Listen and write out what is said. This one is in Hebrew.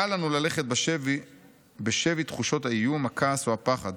קל לנו ללכת בשבי תחושות האיום, הכעס או הפחד.